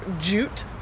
jute